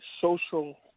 social